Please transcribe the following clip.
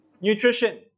Nutrition